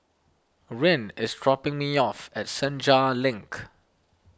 Ryne is dropping me off at Senja Link